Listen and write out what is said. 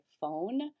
phone